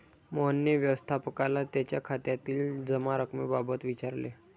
मोहनने व्यवस्थापकाला त्याच्या खात्यातील जमा रक्कमेबाबत विचारले